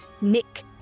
Nick